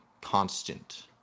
constant